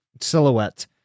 silhouette